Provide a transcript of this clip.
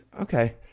okay